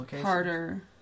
Harder